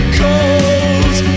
cold